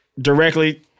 directly